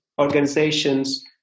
organizations